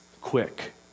quick